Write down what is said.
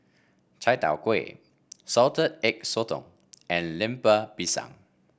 Chai Tow Kway Salted Egg Sotong and Lemper Pisang